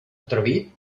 atrevit